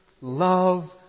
love